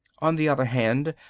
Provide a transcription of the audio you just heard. on the other hand,